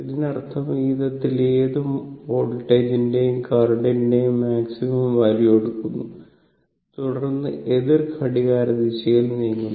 ഇതിനർത്ഥം ഈ വിധത്തിൽ ഏത് വോൾട്ടേജിന്റെയും കറന്റിന്റെയും മാക്സിമം വാല്യൂ എടുക്കുന്നു തുടർന്ന് എതിർ ഘടികാരദിശയിൽ നീങ്ങുന്നു